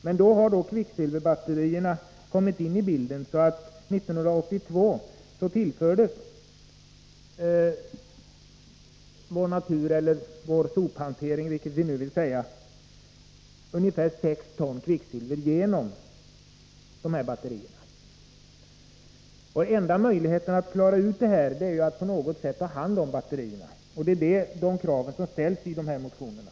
Men kvicksilverbatterierna har ju kommit in i bilden, och 1982 tillfördes vår natur eller vår sophantering — vilketdera man nu vill säga — ungefär 6 ton kvicksilver genom batterier. Enda möjligheten att klara ut detta problem är att på något sätt ta hand om batterierna. Det är detta krav som ställs i motionerna.